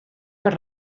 per